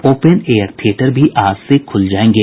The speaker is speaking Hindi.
ओपेन एयर थियेटर भी आज से खुल जायेंगे